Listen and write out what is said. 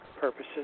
purposes